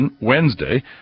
Wednesday